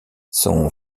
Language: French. son